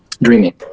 Dreaming